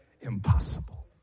Impossible